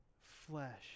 flesh